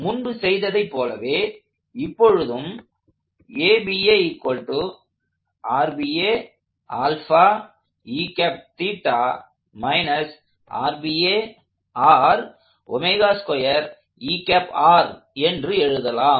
முன்பு செய்ததைப் போலவே இப்பொழுதும் என்று எழுதலாம்